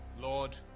Lord